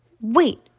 Wait